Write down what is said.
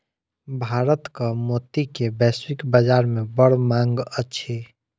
भारतक मोती के वैश्विक बाजार में बड़ मांग अछि